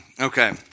Okay